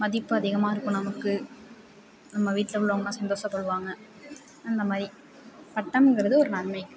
மதிப்பு அதிகமாக இருக்கும் நமக்கு நம்ம வீட்டில் உள்ளவங்க எல்லாம் சந்தோஷபடுவாங்க அந்த மாதிரி பட்டம்ங்கிறது ஒரு நன்மைக்கு